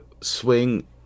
swing